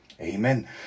Amen